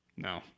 No